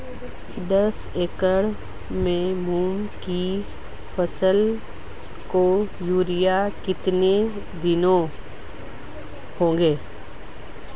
दस एकड़ में मूंग की फसल को यूरिया कितनी देनी होगी?